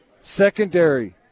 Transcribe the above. secondary